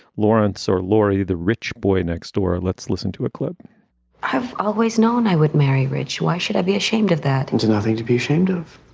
lawrence or laurie, the rich boy next door. let's listen to a clip i've always known i would marry rich. why should i be ashamed of that? nothing to be ashamed of.